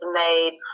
made